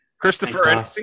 Christopher